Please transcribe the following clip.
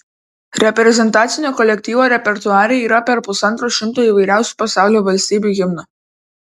reprezentacinio kolektyvo repertuare yra per pusantro šimto įvairiausių pasaulio valstybių himnų